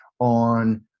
on